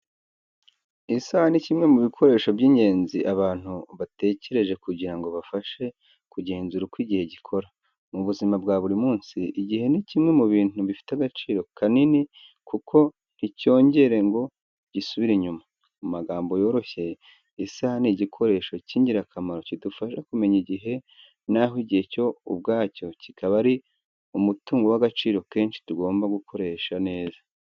Isaha ni kimwe mu bikoresho by’ingenzi abantu batekereje kugira ngo bafashe kugenzura uko igihe gikora. Mu buzima bwa buri munsi, igihe ni kimwe mu bintu bifite agaciro kanini kuko nticyongera ngo gisubire inyuma. Mu magambo yoroshye, isaha ni igikoresho cy’ingirakamaro kidufasha kumenya igihe, na ho igihe cyo ubwacyo kikaba ari umutungo w’agaciro kenshi tugomba gukoresha neza.